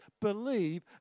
believe